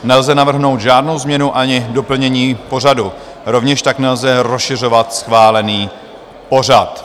Nelze navrhnout žádnou změnu ani doplnění pořadu, rovněž tak nelze rozšiřovat schválený pořad.